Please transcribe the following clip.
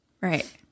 Right